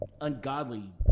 ungodly